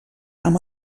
amb